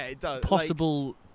possible